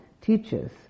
teachers